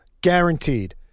Guaranteed